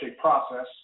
process